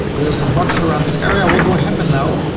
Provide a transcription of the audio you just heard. there's a box around this area. what will happen now,